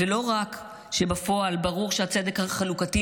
לא רק שברור בפועל שהצדק החלוקתי,